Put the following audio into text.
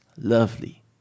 lovely